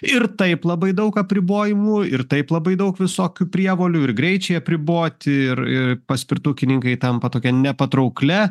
ir taip labai daug apribojimų ir taip labai daug visokių prievolių ir greičiai apriboti ir ir paspirtukininkai tampa tokia nepatrauklia